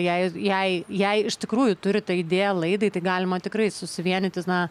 jei jei jei iš tikrųjų turite idėją laidai tai galima tikrai susivienyti na